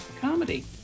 comedy